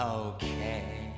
okay